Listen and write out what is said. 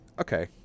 Okay